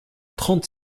trente